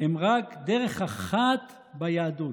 הם רק דרך אחת ביהדות.